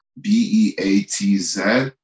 B-E-A-T-Z